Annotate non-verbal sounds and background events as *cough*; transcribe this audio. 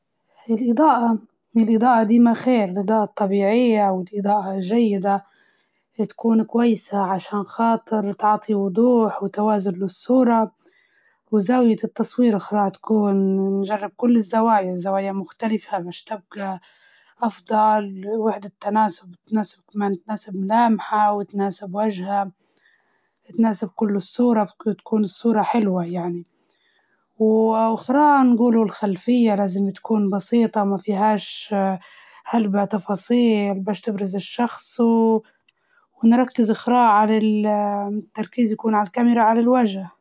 أول شي لازم نركز الإضاءة، *hesitation* نحاول نختار مكان فيه إضاءة طبيعية، ونستخدم إضاءة صناعية تكون ناعمة، بعدين نخلي الشخص يوقف بطريقة مريحة، ونركز على تعبير وجهه، نتأكد إن الكاميرا تكون مستقرة، ممكن نحط يدي الثانية على مكان ثابت علشان ما تصير الصورة مهزوزة، وما ننسى نركز الكاميرا على عيون الشخص عشان يطلع شكله أجمد.